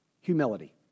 Humility